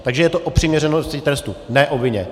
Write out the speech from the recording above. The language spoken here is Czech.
Takže je to o přiměřenosti trestu, ne o vině.